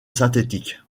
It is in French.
synthétique